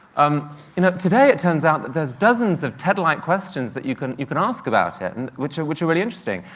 um today it turns out that there's dozens of ted-like questions that you can you can ask about it, and which are which are really interesting.